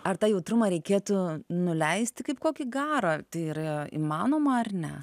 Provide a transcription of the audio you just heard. ar tą jautrumą reikėtų nuleisti kaip kokį garą tai yra įmanoma ar ne